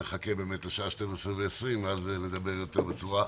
נחכה לשעה 12:20, ואז נדבר בצורה יותר